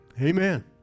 Amen